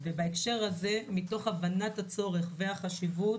בהקשר הזה, מתוך הבנת הצורך והחשיבות,